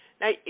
Now